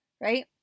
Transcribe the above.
right